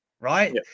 right